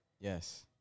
Yes